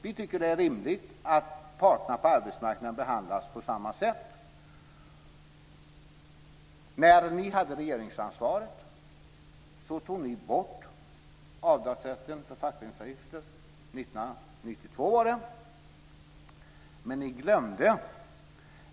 Vi tycker att det är rimligt att parterna på arbetsmarknaden behandlas på samma sätt, men när ni hade regeringsansvaret 1992 tog ni bort avdragsrätten för fackföreningsavgifter.